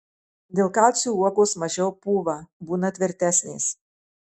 dėl kalcio uogos mažiau pūva būna tvirtesnės